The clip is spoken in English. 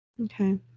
Okay